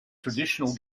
traditional